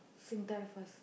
Singtel first